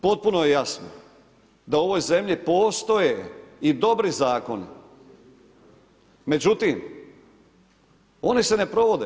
Potpuno je jasno da u ovoj zemlji postoje i dobri zakoni, međutim oni se ne provode.